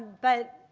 but